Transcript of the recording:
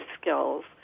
skills